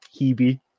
Hebe